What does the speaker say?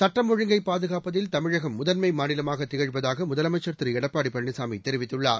சுட்டம் ஒழுங்கை பாதுகாப்பதில் தமிழகம் முதன்மை மாநிலமாக திகழ்வதாக முதலமைச்சு் திரு எடப்பாடி பழனிசாமி தெரிவித்துள்ளார்